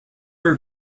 were